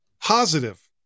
positive